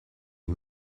est